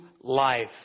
life